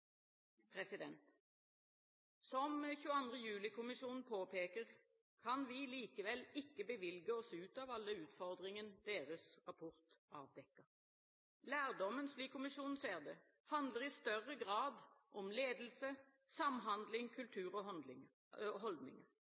Som 22. juli-kommisjonen påpeker, kan vi likevel ikke bevilge oss ut av alle utfordringer deres rapport avdekket. Lærdommen – slik kommisjonen ser det – handler «i større grad om ledelse, samhandling, kultur og holdninger». Derfor har vi igangsatt et endringsprogram i Justis- og